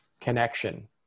connection